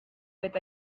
with